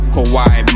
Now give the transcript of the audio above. Kawhi